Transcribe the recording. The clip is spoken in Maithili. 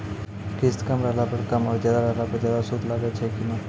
किस्त कम रहला पर कम और ज्यादा रहला पर ज्यादा सूद लागै छै कि नैय?